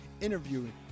interviewing